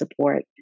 support